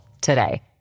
today